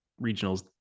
regionals